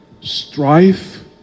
strife